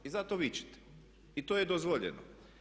I zato vičite i to je dozvoljeno.